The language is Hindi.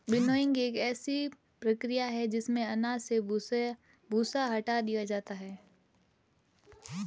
विनोइंग एक ऐसी प्रक्रिया है जिसमें अनाज से भूसा हटा दिया जाता है